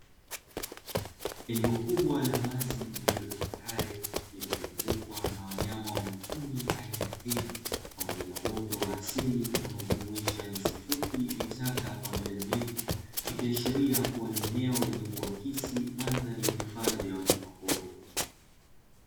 Eneo kubwa la wazi lililo tambarare, lililozungukwa na wanyama wa mwituni aina ya tembo pamoja na uoto wa asili, unaojumuisha nyasi fupi, vichaka pamoja na miti. Likiashiria kuwa ni eneo lenye kuakisi mandhari ya hifadhi ya wanyamapori.